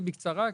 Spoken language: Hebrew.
בבקשה.